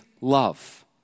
love